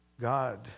God